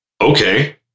Okay